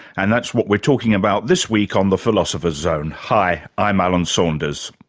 and that's what we're talking about this week on the philosopher's zone. hi, i'm alan saunders.